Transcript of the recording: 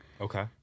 Okay